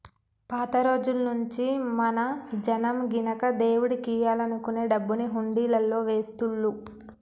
పాత రోజుల్నుంచీ మన జనం గినక దేవుడికియ్యాలనుకునే డబ్బుని హుండీలల్లో వేస్తుళ్ళు